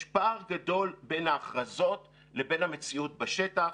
יש פער גדול בין ההכרזות לבין המציאות בשטח